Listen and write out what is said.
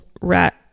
rat